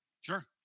sure